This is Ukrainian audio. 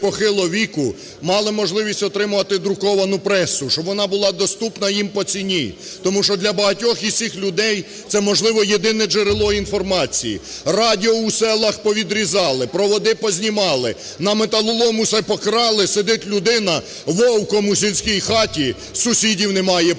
мали можливість отримувати друковану пресу, щоб вона була доступна їм по ціні, тому що для багатьох із цих людей це, можливо, єдине джерело інформації. Радіо у селах повідрізали проводи познімали, на металолом усе покрали. Сидить людина вовком у сільській хаті, сусідів немає, повиїжджали.